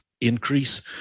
increase